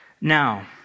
Now